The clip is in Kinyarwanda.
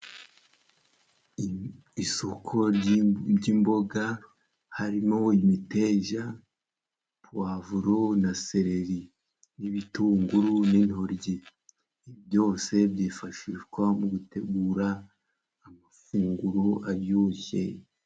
Isoko ry'imboga harimo imiteja, Puwavuro na Seleri n'ibitunguru n'intoryi byose byifashishwa mu gutegura amafunguro aryoshye.